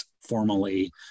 formally